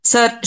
Sir